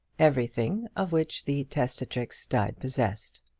everything of which the testatrix died possessed.